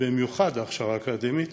ובמיוחד הכשרה אקדמית